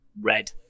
red